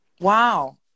Wow